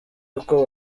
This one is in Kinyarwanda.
uko